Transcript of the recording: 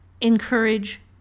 Encourage